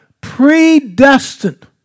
predestined